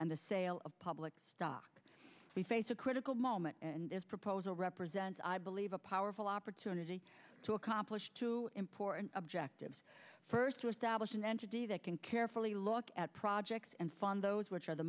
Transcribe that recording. and the sale of public stock we face a critical moment and this proposal represents i believe a powerful opportunity to accomplish two important objectives first to establish an entity that can carefully look at projects and fund those which are the